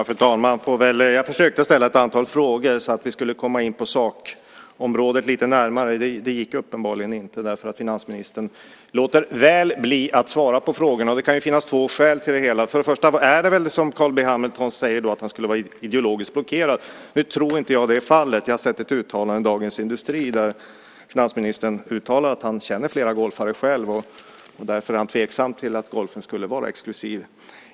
Fru talman! Jag försökte ställa ett antal frågor så att vi skulle komma lite närmare in på sakområdet. Det gick uppenbarligen inte, därför att finansministern låter bli att svara på frågorna. Det kan finnas två skäl till det. Carl B Hamilton säger att han skulle vara ideologiskt blockerad. Nu tror inte jag att det är fallet. Jag har sett ett uttalande i Dagens Industri där finansministern säger att han känner flera golfare själv och därför är tveksam till att golfen skulle vara exklusiv.